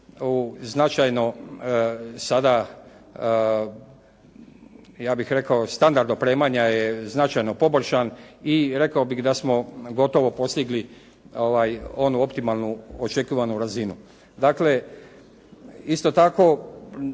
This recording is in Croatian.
značajno sada ja bih rekao standard opremanja je značajno poboljšan i rekao bih da smo gotovo postigli onu optimalnu očekivanu razinu. Dakle isto tako